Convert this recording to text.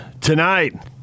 tonight